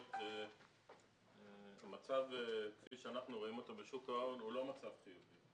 באמת המצב כפי שאנחנו רואים אותו בשוק ההון הוא לא מצב חיובי.